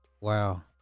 wow